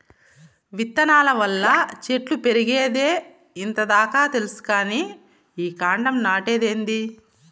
విత్తనాల వల్ల చెట్లు పెరిగేదే ఇంత దాకా తెల్సు కానీ ఈ కాండం నాటేదేందీ